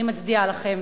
אני מצדיעה לכם.